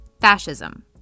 Fascism